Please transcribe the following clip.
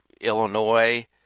Illinois